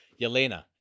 Yelena